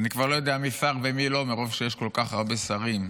אני כבר לא יודע מי שר ומי לא מרוב שיש כל כך הרבה שרים.